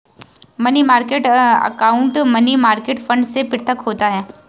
money market account money market fund से पृथक होता है